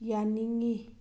ꯌꯥꯅꯤꯡꯉꯤ